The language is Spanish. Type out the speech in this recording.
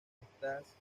estas